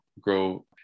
grow